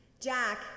Jack